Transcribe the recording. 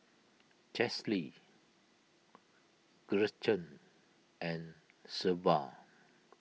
Chesley Gretchen and Shelba